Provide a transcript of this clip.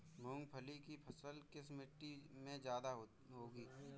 मूंगफली की फसल किस मिट्टी में ज्यादा होगी?